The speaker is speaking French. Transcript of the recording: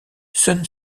sun